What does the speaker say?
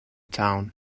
town